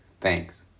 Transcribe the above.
Thanks